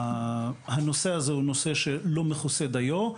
הנושא הזה הוא עדיין נושא שלא מכוסה דיו.